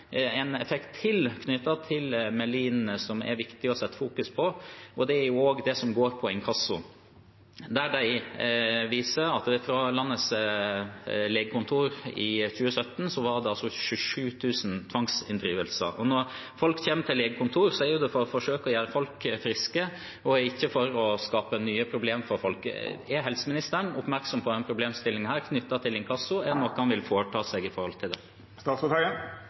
en effekt til knyttet til Melin som det er viktig å fokusere på, og det er det som handler om inkasso. Der viser det seg at det fra landets legekontorer i 2017 var 27 000 tvangsinndrivelser. Når folk kommer til legekontorer, er det for at de skal forsøke å gjøre folk friske, ikke skape nye problemer for folk. Er helseministeren oppmerksom på denne problemstillingen knyttet til inkasso? Er det noe han vil foreta seg